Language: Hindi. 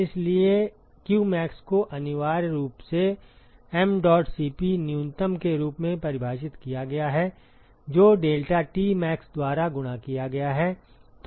इसलिए इसलिए qmax को अनिवार्य रूप से mdot Cp न्यूनतम के रूप में परिभाषित किया गया है जो deltaTmax द्वारा गुणा किया गया है